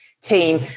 team